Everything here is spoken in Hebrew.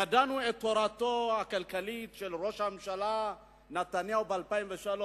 ידענו את תורתו הכלכלית של ראש הממשלה נתניהו ב-2003,